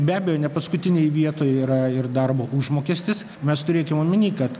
be abejo nepaskutinėj vietoj yra ir darbo užmokestis mes turėkim omeny kad